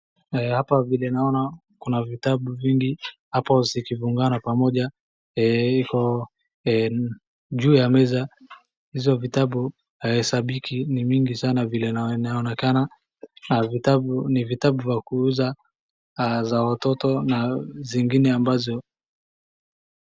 Hapa vile naona kuna vitabu vingi hapo zikifungana pamoja. Juu ya meza hizo vitabu sabiki ni mingi sana vile inaonekana. Vitabu ni vitabu vya kuuza, vya watoto na zingine ambazo.